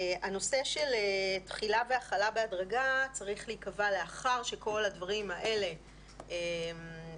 הנושא של תחילה והחלה בהדרגה צריך להיקבע לאחר שכל הדברים האלה ייקבעו,